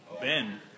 Ben